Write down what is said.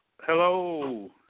Hello